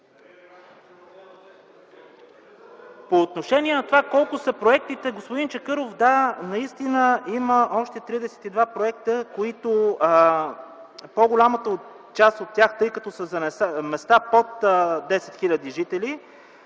По отношение на това колко са проектите, господин Чакъров. Да, наистина има още 32 проекта, които по-голямата част от тях, тъй като са за места под 10 хил. жители,